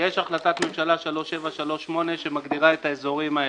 יש החלטת ממשלה 3738 שמגדירה את האיזורים האלה.